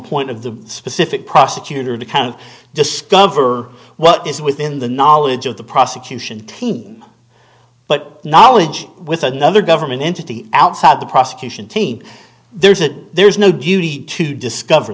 point of the specific prosecutor to kind of discover what is within the knowledge of the prosecution team but knowledge with another government entity outside the prosecution team there's a there's no duty to discover